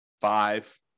five